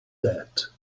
that